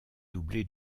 doublé